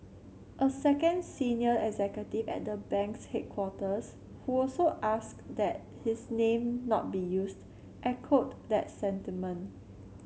a second senior executive at the bank's headquarters who also asked that his name not be used echoed that sentiment